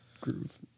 groove